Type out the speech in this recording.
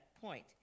point